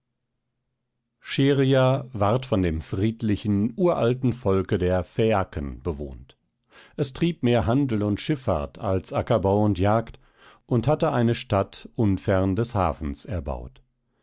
ward von dem friedlichen uralten volke der phäaken bewohnt es trieb mehr handel und schiffahrt als ackerbau und jagd und hatte eine stadt unfern des hafens erbaut